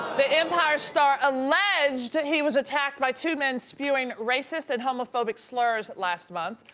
the empire star alleged and he was attacked by two men spewing racist and homophobic slurs last month.